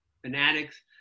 fanatics